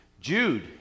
Jude